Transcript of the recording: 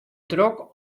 drok